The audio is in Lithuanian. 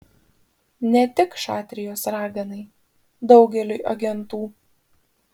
ne tik šatrijos raganai daugeliui agentų